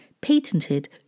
patented